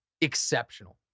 exceptional